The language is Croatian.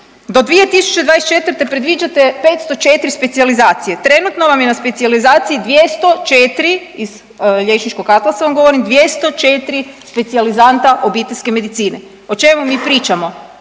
Do 2024. predviđate 504 specijalizacije. Trenutno vam je na specijalizaciji iz liječničkog atlasa vam govorim 204 specijalizanta obiteljske medicine. O čemu mi pričamo?